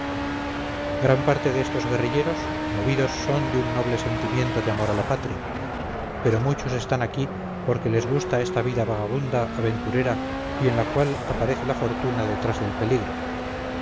gran parte de estos guerrilleros movidos son de un noble sentimiento de amor a la patria pero muchos están aquí porque les gusta esta vida vagabunda aventurera y en la cual aparece la fortuna detrás del peligro